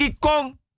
kong